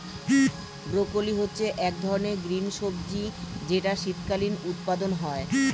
broccoli হচ্ছে এক ধরনের গ্রিন সবজি যেটার শীতকালীন উৎপাদন হয়ে